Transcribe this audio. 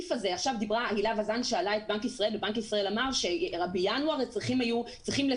הילה וזאן שאלה את בנק ישראל ובנק ישראל אמר שבינואר צריכים לקצץ.